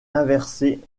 inversée